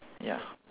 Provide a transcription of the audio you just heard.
ya